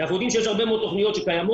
אנחנו יודעים שיש הרבה מאוד תכניות שקיימות